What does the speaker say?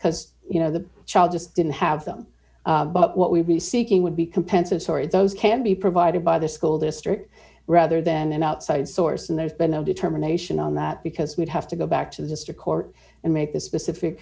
because you know the child just didn't have them but what we'd be seeking would be compensatory those can be provided by the school district rather than an outside source and there's been no determination on that because we'd have to go back to the district court and make a specific